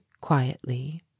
quietly